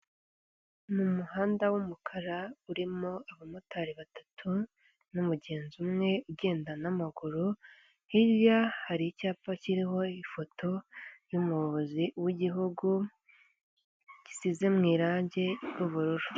Ni umuhanda w'umukara urimo abamotari batatu n'umugenzi umwe ugenda n'amaguru, hirya hari icyapa kiriho ifoto y'umuyobozi w'igihugu, gisize mu irange ry'ubururu.